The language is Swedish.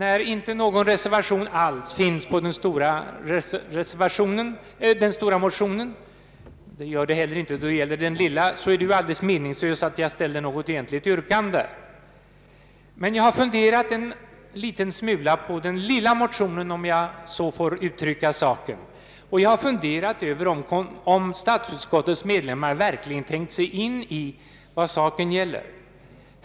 Då ingen reservation finns i fråga om den större motionen -— det finns det ju inte heller i fråga om den lilla motionen — är det egentligen meningslöst att jag här ställer något yrkande. Men jag har funderat en smula över den lilla motionen — om jag så får uttrycka mig — och över om statsutskottets medlemmar verkligen tänkt sig in i vad saken gäller.